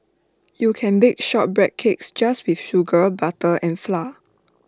you can bake shortbread cakes just with sugar butter and flour